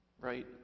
Right